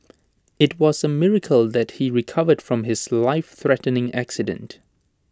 IT was A miracle that he recovered from his lifethreatening accident